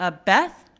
ah beth.